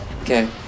okay